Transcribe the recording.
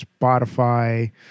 Spotify